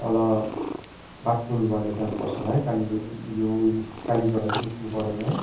तल बाघपुल भएर जानुपर्छ होला है कालीझो यो यो कालीझोडा चाहिँ निस्किनु परेन है